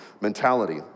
mentality